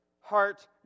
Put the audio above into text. heart